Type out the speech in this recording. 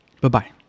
Bye-bye